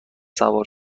سوار